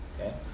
Okay